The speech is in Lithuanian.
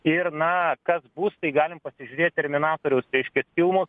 ir na kas bus tai galim pasižiūrėt terminatoriaus reiškias filmus